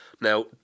Now